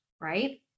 right